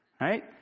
right